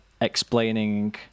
explaining